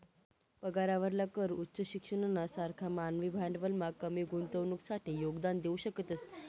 पगारावरला कर उच्च शिक्षणना सारखा मानवी भांडवलमा कमी गुंतवणुकसाठे योगदान देऊ शकतस